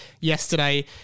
yesterday